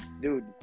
dude